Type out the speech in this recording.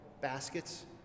baskets